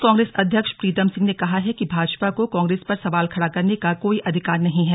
प्रदेश कांग्रेस अध्यक्ष प्रीतम सिंह ने कहा है कि भाजपा को कांग्रेस पर सवाल खडा करने का कोई अधिकार नहीं है